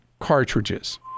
cartridges